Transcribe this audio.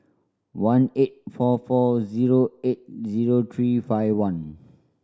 one eight four four zero eight zero three five one